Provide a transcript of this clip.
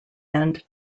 end